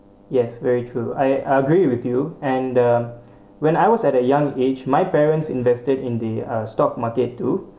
yes very true I agree with you and the when I was at a young age my parents invested in the uh stock market too